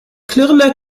klirrender